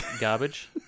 garbage